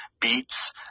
beets